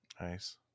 Nice